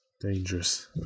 Dangerous